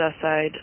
suicide